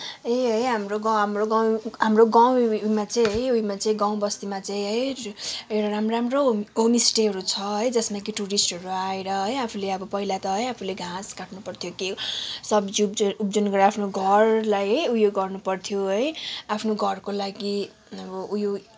ए है हाम्रो गाउँ हाम्रो गाउँ हाम्रो गाउँमा चाहिँ है उयोमा चाहिँ गाउँबस्तीमा चाहिँ है राम्रो राम्रो होम होमस्टेहरू छ है जसमा कि टुरिस्टहरू आएर है आफूले अब पहिला त आफूले घाँस काट्नुपर्थ्यो के सब्जी उब्ज उब्जन गरेर आफ्नो घरलाई उयो गर्नुपर्थ्यो है आफ्नो घरको लागि अब उयो